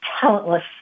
talentless